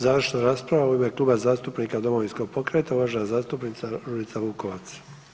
Završnu raspravu u ime Kluba zastupnika Domovinskog pokreta, uvažena zastupnica Ružica Vukovac.